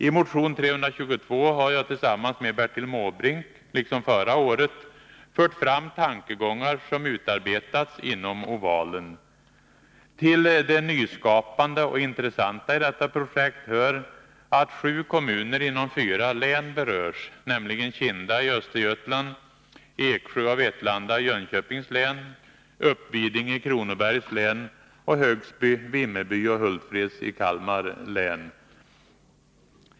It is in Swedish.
I motion 322 har jag tillsammans med Bertil Måbrink i år liksom förra året fört fram tankegångar som utarbetats inom ovalen. Till det nyskapande och intressanta i detta projekt hör att sju kommuner inom fyra län berörs, nämligen Kinda i Östergötland, Eksjö och Vetlanda i Jönköpings län, Uppvidinge i Kronobergs län och Högsby, Vimmerby och Hultsfred i Kalmar län.